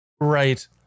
right